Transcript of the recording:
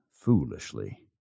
Foolishly